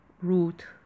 root